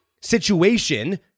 situation